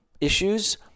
issues